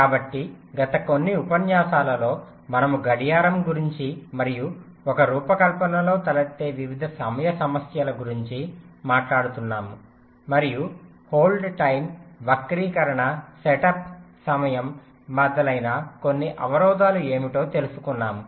కాబట్టి గత కొన్ని ఉపన్యాసాలలో మనము గడియారం గురించి మరియు ఒక రూపకల్పనలో తలెత్తే వివిధ సమయ సమస్యల గురించి మాట్లాడుతున్నాము మరియు హోల్డ్ టైమ్ వక్రీకరణ సెటప్ సమయం మొదలైన కొన్ని అవరోధాలు ఏమిటో తెలుసుకున్నాము